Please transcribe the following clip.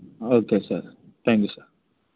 okay sir thank you sir